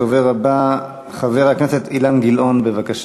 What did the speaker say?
הדובר הבא, חבר הכנסת אילן גילאון, בבקשה.